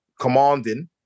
commanding